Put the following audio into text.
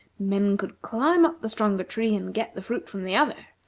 men could climb up the stronger tree and get the fruit from the other.